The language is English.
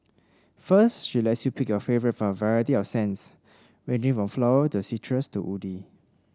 first she lets you pick your favourite from a variety of scents ranging from floral to citrus to woody